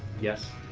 yes,